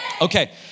Okay